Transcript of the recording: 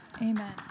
Amen